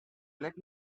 let